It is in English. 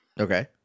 Okay